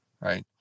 right